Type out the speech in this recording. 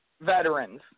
veterans